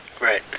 Right